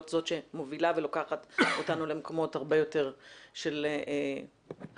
זו שמובילה ולוקחת אותנו למקומות הרבה יותר של חיבור.